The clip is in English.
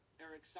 Eric